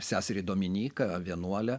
seserį dominyką vienuolę